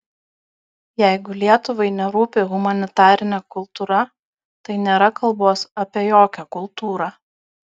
jeigu lietuvai nerūpi humanitarinė kultūra tai nėra kalbos apie jokią kultūrą